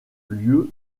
lieu